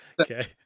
Okay